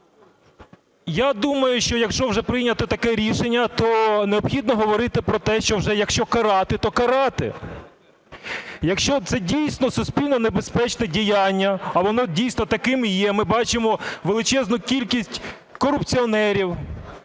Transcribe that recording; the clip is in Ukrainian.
Я думаю, що якщо вже прийнято таке рішення, то необхідно говорити про те, що вже якщо карати, то карати. Якщо це дійсно суспільно небезпечне діяння, а воно дійсно таким є, ми бачимо величезну кількість корупціонерів